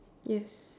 yes